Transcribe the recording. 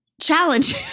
challenge